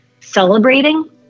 celebrating